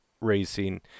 Racing